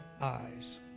eyes